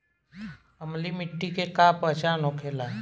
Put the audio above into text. अम्लीय मिट्टी के का पहचान होखेला?